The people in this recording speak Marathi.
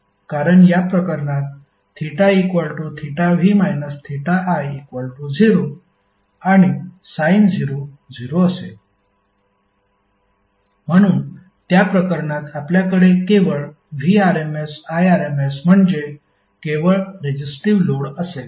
कारण या प्रकरणात θv i0 आणि साइन 0 0 असेल म्हणून त्या प्रकरणात आपल्याकडे केवळ Vrms Irms म्हणजे केवळ रेजिस्टिव्ह लोड असेल